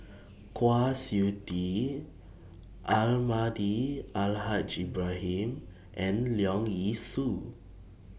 Kwa Siew Tee Almahdi Al Haj Ibrahim and Leong Yee Soo